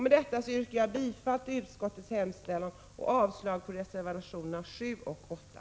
Med detta yrkar jag bifall till hemställan i skatteutskottets betänkande 11 och avslag på reservationerna 7 och 8.